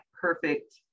perfect